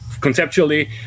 conceptually